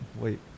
wait